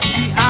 See